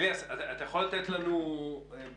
אתה יכול לתת לנו תחזית,